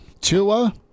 Tua